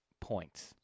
points